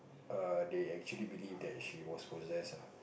err they actually believe that she was possessed ah